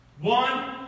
one